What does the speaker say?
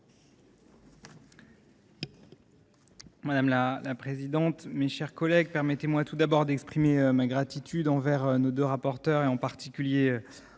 madame la ministre, mes chers collègues, permettez moi tout d’abord d’exprimer ma gratitude envers nos deux rapporteures, et en particulier